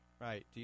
Right